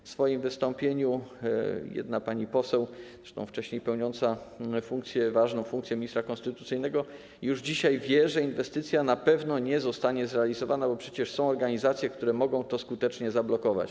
W swoim wystąpieniu jedna pani poseł, zresztą wcześniej pełniąca ważną funkcję ministra konstytucyjnego, już dzisiaj wie, że inwestycja na pewno nie zostanie zrealizowana, bo przecież są organizacje, które mogą to skutecznie zablokować.